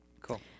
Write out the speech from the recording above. Cool